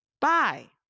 Bye